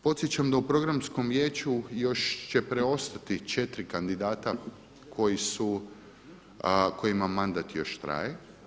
Podsjećam da u Programskom vijeću još će preostati 4 kandidata kojima mandat još traje.